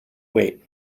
wait